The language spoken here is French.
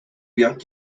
vient